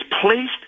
placed